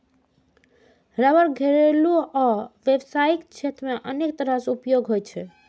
रबड़ घरेलू आ व्यावसायिक क्षेत्र मे अनेक तरह सं उपयोगी होइ छै